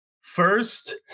first